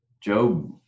Job